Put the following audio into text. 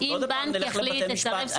עוד פעם נלך לבתי משפט,